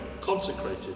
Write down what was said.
consecrated